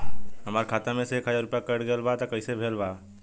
हमार खाता से एक हजार रुपया कट गेल बा त कइसे भेल बा?